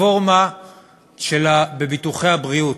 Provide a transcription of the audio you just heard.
רפורמה בביטוחי הבריאות.